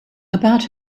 about